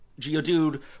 Geodude